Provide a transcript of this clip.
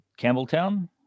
Campbelltown